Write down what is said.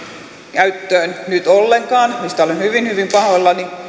käyttöön nyt ollenkaan mistä olen hyvin hyvin pahoillani